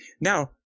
Now